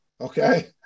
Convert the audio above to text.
okay